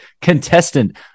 contestant